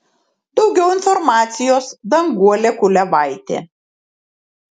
daugiau informacijos danguolė kuliavaitė